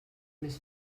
més